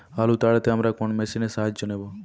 আলু তাড়তে আমরা কোন মেশিনের সাহায্য নেব?